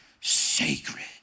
Sacred